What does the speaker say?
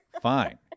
Fine